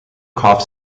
cough